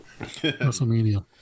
WrestleMania